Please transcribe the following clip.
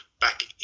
back